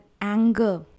anger